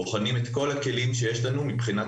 בוחנים את כל הכלים שיש לנו מבחינת